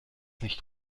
nicht